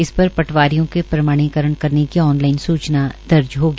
इस पर पटवारियों के प्रमाणीकरण करने की ऑन लाइन सुचना दर्ज होगी